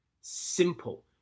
simple